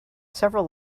several